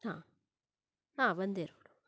ಹಾ ಹಾ ಒಂದೇ ರೋಡು